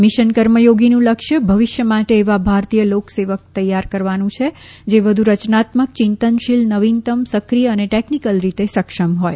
mission કર્મયોગીનું લક્ય ભવિષ્ય માટે એવા ભારતીય લોકસેવક તૈયાર કરવાનું છે જે વધુ રચનાત્મક ચિંતનશીલ નવીનત્તમ સક્રિય અને ટેકનીકલ રીતે સક્ષમ હોય